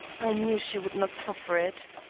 i knew she would not suffer it.